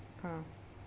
हां